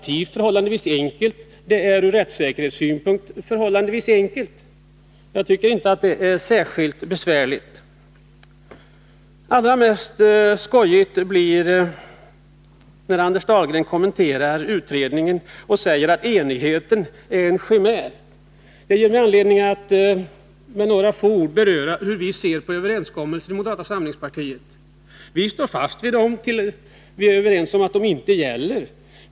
Detta är förhållandevis enkelt administrativt och ur rättssäkerhetssynpunkt. Jag tycker inte det är särskilt besvärligt. Allra lustigast blir det när Anders Dahlgren kommenterar utredningen och säger att enigheten är en chimär. Det ger mig anledning att med några få ord beröra hur vi inom moderata samlingspartiet ser på en överenskommelse. Vi står fast vid den tills vi är överens med parterna om att den inte gäller.